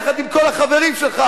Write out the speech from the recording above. יחד עם כל החברים שלך,